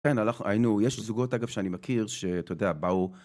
כן, היינו, יש זוגות אגב שאני מכיר, שאתה יודע, באו